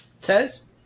Tez